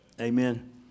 Amen